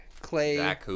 Clay